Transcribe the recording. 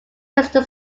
crystal